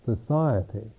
society